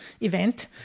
event